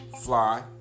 Fly